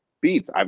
beats